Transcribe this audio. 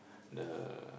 the